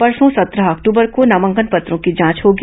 परसों सत्रह अक्टूबर को नामांकन पत्रों की जांच होगी